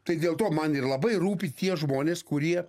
tai dėl to man ir labai rūpi tie žmonės kurie